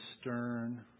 stern